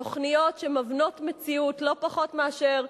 תוכניות שמבנות מציאות לא פחות מאשר,